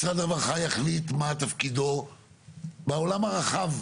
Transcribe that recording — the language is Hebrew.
משרד הרווחה יחליט מה תפקידו בעולם הרחב,